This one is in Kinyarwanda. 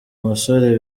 musore